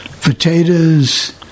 potatoes